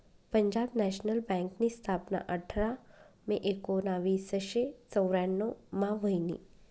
Punjab national बँकनी स्थापना आठरा मे एकोनावीसशे चौर्यान्नव मा व्हयनी